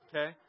Okay